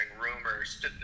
rumors